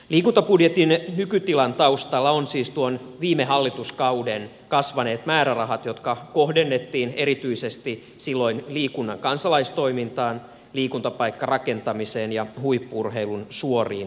liikuntabudjetin nykytilan taustalla ovat siis viime hallituskauden kasvaneet määrärahat jotka kohdennettiin erityisesti silloin liikunnan kansalaistoimintaan liikuntapaikkarakentamiseen ja huippu urheilun suoriin tukiin